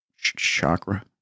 chakra